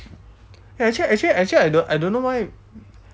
eh actually actually actually I don't I don't know why